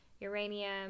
uranium